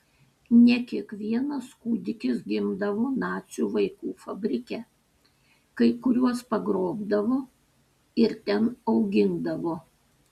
ne kiekvienas kūdikis gimdavo nacių vaikų fabrike kai kuriuos pagrobdavo ir ten augindavo